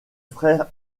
frère